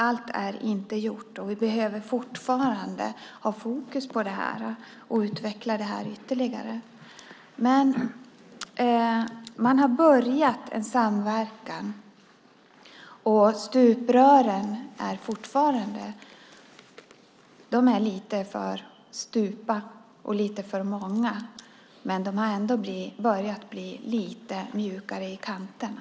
Allt är inte gjort, och vi behöver fortfarande ha fokus på detta och utveckla det ytterligare. Men man har börjat en samverkan. Stuprören är fortfarande lite för "stupa" och lite för många. Men de har börjat bli lite mjukare i kanterna.